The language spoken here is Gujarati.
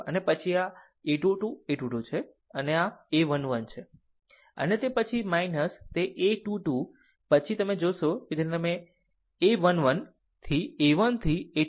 અને પછી આ 2 2 a 2 2 છે અને a 1 1 છે અને તે પછી આ તે a 2 2 પછી તમે તે છો જેને તમે 1 1 1 થી a 1 થી a 21